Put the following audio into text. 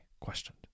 questioned